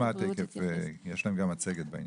כן, נשמע את זה, יש להם גם מצגת בעניין.